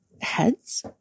heads